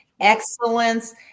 excellence